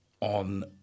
on